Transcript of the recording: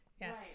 yes